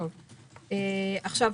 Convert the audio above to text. שלומית?